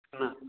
कितना